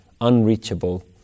unreachable